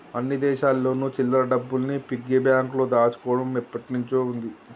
అన్ని దేశాల్లోను చిల్లర డబ్బుల్ని పిగ్గీ బ్యాంకులో దాచుకోవడం ఎప్పటినుంచో ఉంది